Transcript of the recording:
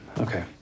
Okay